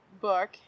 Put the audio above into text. book